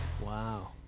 Wow